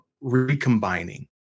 recombining